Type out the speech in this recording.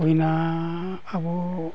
ᱦᱩᱭᱮᱱᱟ ᱟᱵᱚ